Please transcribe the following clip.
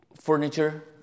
Furniture